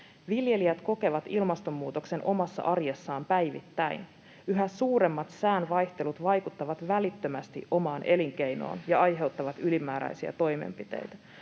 viljelijät kokevat ilmastonmuutoksen omassa arjessaan päivittäin. Yhä suuremmat sään vaihtelut vaikuttavat välittömästi omaan elinkeinoon ja aiheuttavat ylimääräisiä toimenpiteitä.